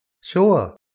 Sure